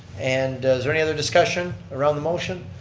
and is there any other discussion around the motion?